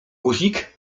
guzik